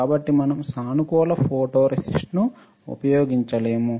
కాబట్టి మనం సానుకూల ఫోటోరేసిస్ట్ను ఉపయోగించలేము